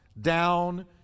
down